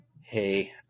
hey